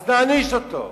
אז נעניש אותו,